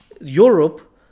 Europe